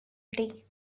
day